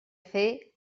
fer